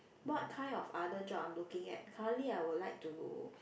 what kind of other job I'm looking at currently I would like to